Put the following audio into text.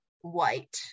white